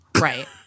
Right